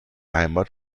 heimat